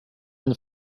been